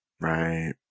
Right